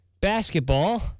basketball